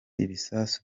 ibisasu